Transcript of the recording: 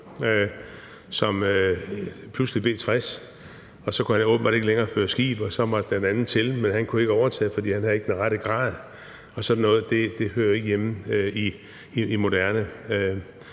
som blev 60 år, åbenbart ikke længere kunne føre skib, og så måtte der pludselig en anden til, men han kunne ikke overtage det, for han havde ikke den rette grad, og sådan noget hører ikke hjemme i dag.